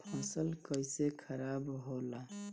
फसल कैसे खाराब होला?